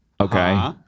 okay